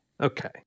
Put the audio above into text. okay